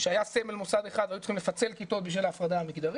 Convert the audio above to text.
שהיה סמל מוסד אחד והיו צריכים לפצל כיתות בשביל ההפרדה המגדרית,